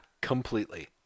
Completely